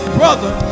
brother